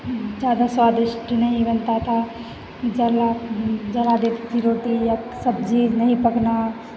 ज़्यादा स्वादिष्ट नहीं बनता था जलना जला देती थी रोटी या सब्ज़ी नहीं पकना